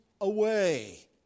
away